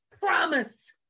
promise